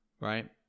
right